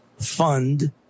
fund